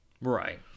right